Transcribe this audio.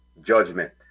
judgment